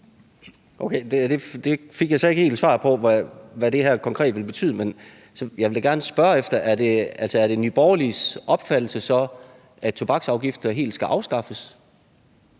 Okay, jeg fik så ikke helt svar på, hvad det her konkret ville betyde, men jeg vil da gerne spørge: Er det så Nye Borgerliges opfattelse, at tobaksafgifter helt skal afskaffes?